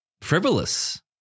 frivolous